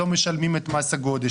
לא משלמים את מס הגודש.